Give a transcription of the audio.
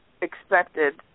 expected